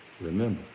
Remember